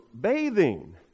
bathing